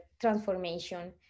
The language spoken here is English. transformation